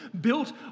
built